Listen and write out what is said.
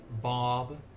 bob